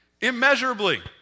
immeasurably